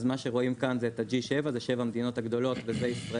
אז מה שרואים כאן זה את ה-7G זה שבע המדינות הגדולות וישראל.